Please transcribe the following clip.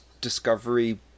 discovery